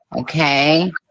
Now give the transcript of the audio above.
Okay